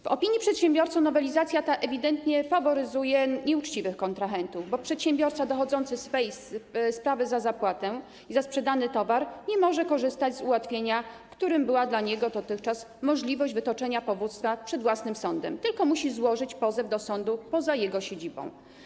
W opinii przedsiębiorców nowelizacja ta ewidentnie faworyzuje nieuczciwych kontrahentów, bo przedsiębiorca dochodzący swej sprawy o zapłatę za sprzedany towar nie może korzystać z ułatwienia, którym była dla niego dotychczas możliwość wytoczenia powództwa przed własnym sądem, tylko musi złożyć pozew do sądu poza jego siedzibą.